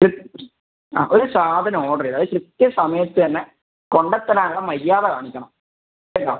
ഒരു ആ ഒരു സാധനം ഓർഡറ് ചെയ്ത് അത് കൃത്യ സമയത്ത് തന്നെ കൊണ്ടുത്തരാൻ ഉള്ള മര്യാദ കാണിക്കണം കേട്ടോ